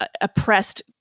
oppressed